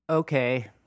Okay